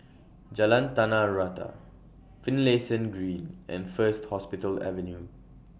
Jalan Tanah Rata Finlayson Green and First Hospital Avenue